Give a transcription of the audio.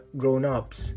grown-ups